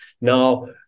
Now